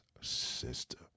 sister